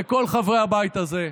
לכל חברי הבית הזה,